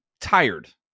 tired